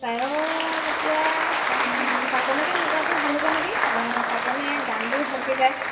গায়ক এতিয়া পাপনকে মতাটো ভাল হ'ব নেকি অঁ পাপনে গানবোৰো ভালকৈ গায়